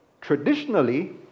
Traditionally